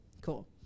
Cool